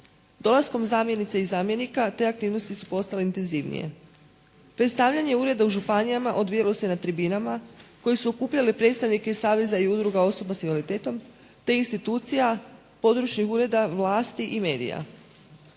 Dolaskom zamjenice i zamjenika te aktivnosti su postale intenzivnije. Predstavljane ureda u županijama odvijaju se na tribinama koji su okupljali predstavnike i saveza i udruga osoba sa invaliditetom, te institucija, područnih ureda, vlasti i medija.